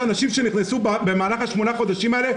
יש אנשים שנכנסו במהלך השמונה חודשים האלה